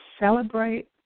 celebrate